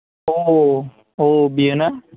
औ औ औ बेयो ना